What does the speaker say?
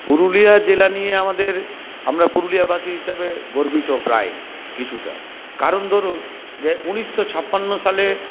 পুরুলিয়া জেলা নিয়ে আমাদের আমরা পুরুলিয়াবাসী হিসাবে গর্বিত প্রায় কিছুটা কারণ ধরুন যে উনিশশো ছাপ্পান্ন সালে